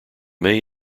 may